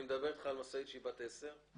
כמה עולה משאית בת 10?